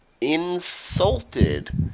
insulted